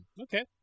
Okay